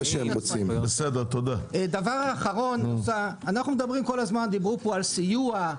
דבר אחרון, דיברו פה על סיוע.